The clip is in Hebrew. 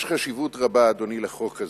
יש חשיבות רבה, אדוני, לחוק הזה.